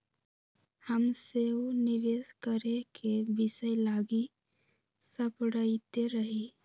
हम सेहो निवेश करेके विषय लागी सपड़इते रही